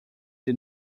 did